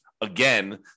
again